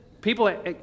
people